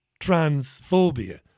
transphobia